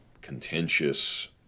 contentious